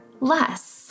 less